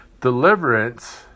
Deliverance